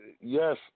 Yes